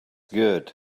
good